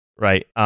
right